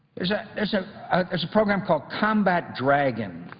there's there's a there's a program called combat dragon.